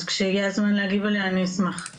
אז כשיהיה זמן להגיב עליה אני אשמח.